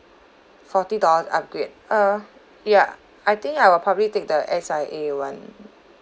forty dollars upgrade uh ya I think I will probably take the S_I_A one